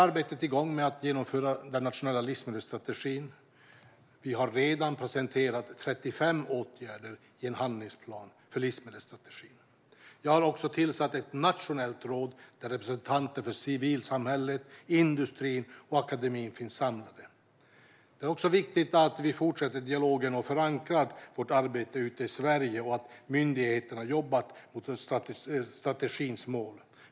Arbetet med att genomföra den nationella livsmedelsstrategin är igång. Vi har redan presenterat 35 åtgärder i en handlingsplan för livsmedelsstrategin. Jag har också tillsatt ett nationellt råd där representanter för civilsamhälle, industri och akademi finns samlade. Det är också viktigt att vi fortsätter dialogen och förankrar vårt arbete ute i Sverige och att myndigheterna jobbar för att nå strategins mål.